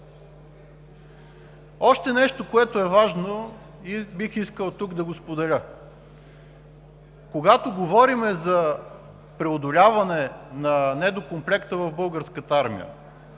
Още нещо, което е важно и бих искал тук да го споделя, когато говорим за преодоляването на недокомплекта в Българската армия